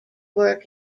work